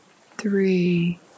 three